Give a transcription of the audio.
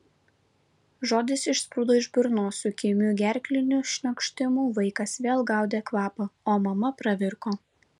žodis išsprūdo iš burnos su kimiu gerkliniu šniokštimu vaikas vėl gaudė kvapą o mama pravirko